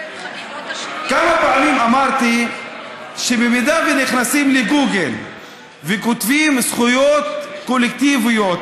כמה פעמים אמרתי שאם נכנסים לגוגל וכותבים: זכויות קולקטיביות,